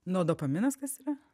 nu o dopaminas kas yra